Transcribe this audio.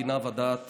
בינה ודעת